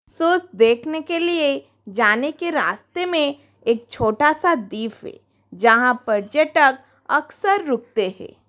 देखने के लिए जाने के रास्ते में एक छोटा सा द्वीप है जहाँ पर्यटक अक्सर रुकते हैं